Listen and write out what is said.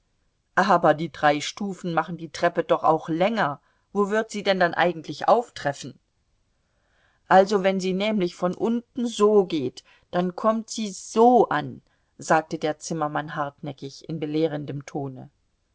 aber die drei stufen machen die treppe doch auch länger wo wird sie denn dann eigentlich auftreffen also wenn sie nämlich von unten so geht dann kommt sie so an sagte der zimmermann hartnäckig in belehrendem tone